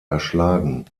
erschlagen